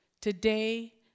today